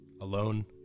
alone